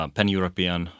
Pan-European